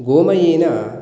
गोमयेन